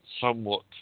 somewhat